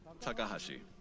Takahashi